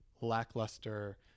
lackluster